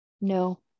No